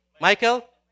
Michael